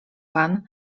pan